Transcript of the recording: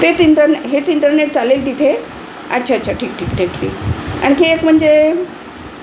तेच इंटरने हेच इंटरनेट चालेल तिथे अच्छा अच्छा ठीक ठीक ठीक ठीक आणखी एक म्हणजे